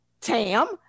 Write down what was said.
Tam